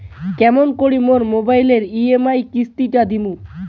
কেমন করি মোর মোবাইলের ই.এম.আই কিস্তি টা দিম?